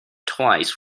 twice